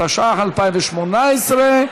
התשע"ח 2018,